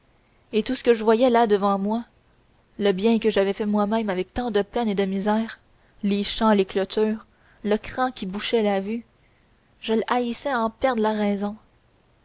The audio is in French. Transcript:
et tout ce que je voyais là devant moi le bien que j'avais fait moi-même avec tant de peine et de misère les champs les clôtures le cran qui bouchait la vue je le haïssais à en perdre la raison